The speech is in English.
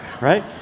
right